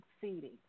succeeding